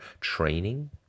training